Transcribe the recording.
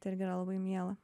tai irgi yra labai miela